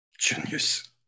Genius